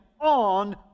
on